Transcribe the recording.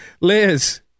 Liz